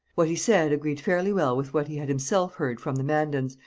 what he said agreed fairly well with what he had himself heard from the mandans,